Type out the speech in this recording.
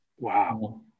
Wow